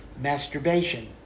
masturbation